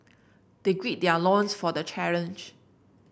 they gird their loins for the challenge